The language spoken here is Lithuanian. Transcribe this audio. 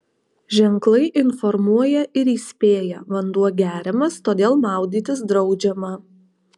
ženklai informuoja ir įspėja vanduo geriamas todėl maudytis draudžiama